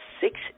six